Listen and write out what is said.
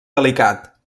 delicat